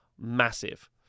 massive